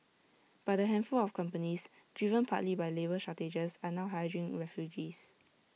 but A handful of companies driven partly by labour shortages are now hiring refugees